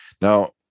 Now